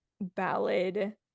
Ballad